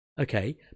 Okay